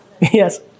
Yes